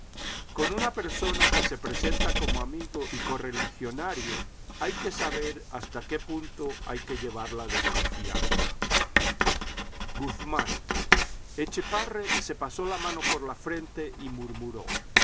con una persona que se presenta como amigo y correligionario hay que saber hasta qué punto hay que llevar la desconfianza guzman etchepare se pasó la mano por la frente y murmuró